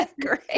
great